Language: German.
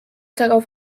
darauf